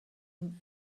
ihm